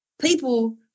people